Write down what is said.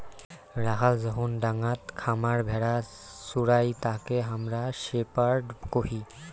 রাখাল যখন ডাঙাত খামার ভেড়া চোরাই তাকে হামরা শেপার্ড কহি